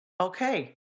Okay